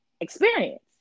experience